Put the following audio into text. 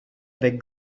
avec